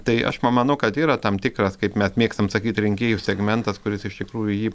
tai aš ma manau kad yra tam tikras kaip mes mėgstam sakyt rinkėjų segmentas kuris iš tikrųjų jį